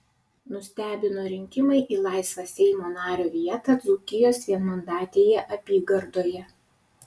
nustebino rinkimai į laisvą seimo nario vietą dzūkijos vienmandatėje apygardoje